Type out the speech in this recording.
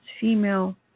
female